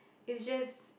it's just